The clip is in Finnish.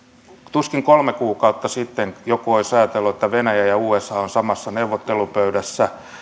tuskin kolme kuukautta sitten joku olisi ajatellut että venäjä ja usa ovat samassa neuvottelupöydässä